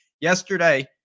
Yesterday